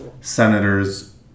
senators